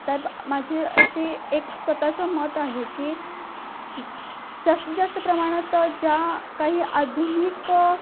तर माझी अशी एक स्वत चं मत आहे की जास्तीत जास्त प्रमाणात ज्या काही आधुनिक